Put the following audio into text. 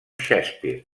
shakespeare